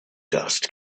dust